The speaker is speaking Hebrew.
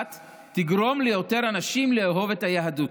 תגרום ליותר אנשים לאהוב את היהדות,